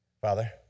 Father